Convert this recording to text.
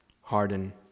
Harden